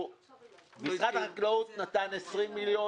משרד החקלאות נתן 20 מיליון,